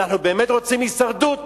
אם אנחנו באמת רוצים הישרדות,